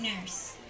nurse